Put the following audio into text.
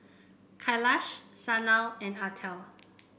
Kailash Sanal and Atal